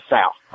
South